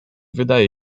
wydaje